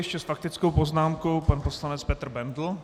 Ještě s faktickou poznámkou pan poslanec Petr Bendl.